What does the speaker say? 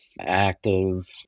active